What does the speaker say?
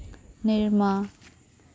ᱱᱤᱨᱢᱟ